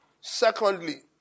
Secondly